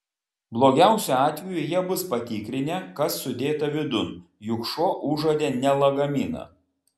blogiausiu atveju jie bus patikrinę kas sudėta vidun juk šuo užuodė ne lagaminą